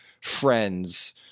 friends